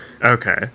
okay